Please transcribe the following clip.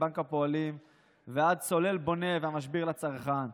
בנק הפועלים ועד סולל בונה והמשביר לצרכן?